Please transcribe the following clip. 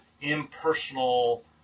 impersonal